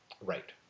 Right